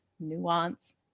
nuance